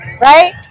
Right